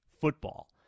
football